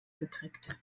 gekriegt